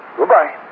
Goodbye